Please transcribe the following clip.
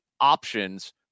options